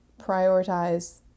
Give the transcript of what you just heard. prioritize